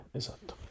esatto